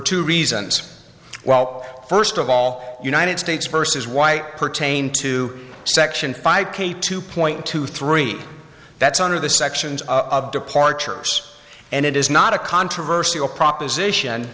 two reasons welp first of all united states versus white pertain to section five k two point two three that's under the sections of departures and it is not a controversy or proposition